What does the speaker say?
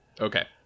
okay